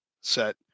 set